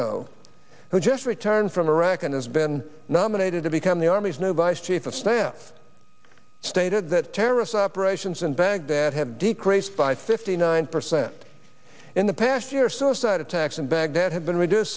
rno who just returned from iraq and has been nominated to become the army's new vice chief of staff stated that terrorist operations in baghdad have decreased by fifty nine percent in the past year suicide attacks in baghdad have been reduced